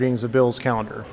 readings of bills calendar